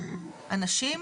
אנשים